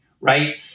right